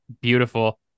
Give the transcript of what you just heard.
beautiful